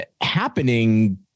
happening